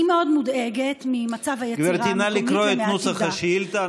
אני מאוד מודאגת ממצב היצירה המקומית ומעתידה.